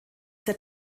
der